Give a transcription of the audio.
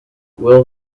will